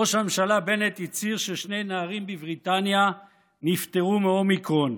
ראש הממשלה בנט הצהיר ששני נערים בבריטניה נפטרו מאומיקרון,